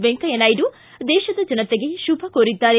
ವೆಂಕಯ್ಯ ನಾಯ್ಡು ದೇಶದ ಜನತೆಗೆ ಶುಭ ಕೋರಿದ್ದಾರೆ